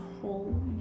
whole